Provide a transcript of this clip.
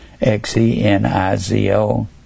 X-E-N-I-Z-O